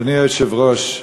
אדוני היושב-ראש,